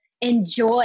enjoy